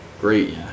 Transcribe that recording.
Great